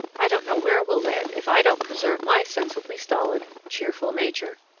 i don't know where we'll land if i don't preserve my sensibly stolid, cheerful nature.